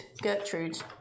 Gertrude